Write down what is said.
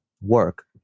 work